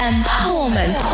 Empowerment